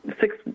six